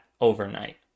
overnight